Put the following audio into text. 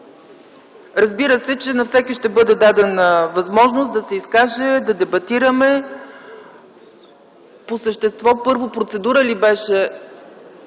Разбира се, че на всеки ще бъде дадена възможност да се изкаже, да дебатираме по същество. Първо процедурата ли беше?